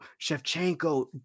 Shevchenko